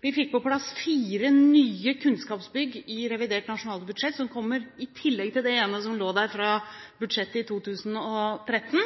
Vi fikk på plass fire nye kunnskapsbygg – som kommer i tillegg til det ene som lå der fra budsjettet i 2013